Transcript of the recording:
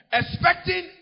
expecting